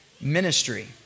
ministry